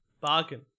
Bargain